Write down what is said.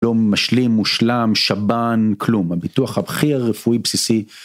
לא משלים, מושלם, שב"ן, כלום, הביטוח הכי רפואי בסיסי.